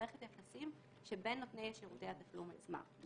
זו מערכת היחסים שבין נותני שירותי התשלום עצמם.